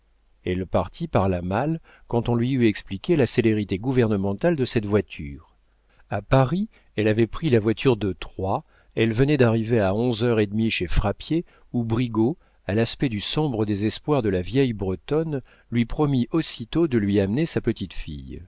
elle partit par la malle quand on lui eut expliqué la célérité gouvernementale de cette voiture a paris elle avait pris la voiture de troyes elle venait d'arriver à onze heures et demie chez frappier où brigaut à l'aspect du sombre désespoir de la vieille bretonne lui promit aussitôt de lui amener sa petite fille